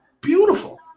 beautiful